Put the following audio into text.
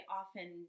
often